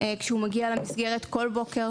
כשהוא מגיע למסגרת בכל בוקר,